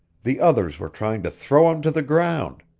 the others were trying to throw him to the ground.